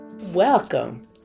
Welcome